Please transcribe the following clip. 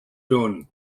tone